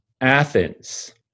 Athens